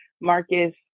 Marcus